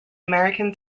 american